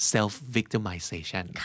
Self-victimization